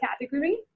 category